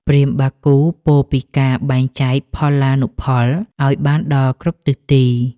ព្រាហ្មណ៍បាគូពោលពីការបែងចែកផល្លានុផលឱ្យបានដល់គ្រប់ទិសទី។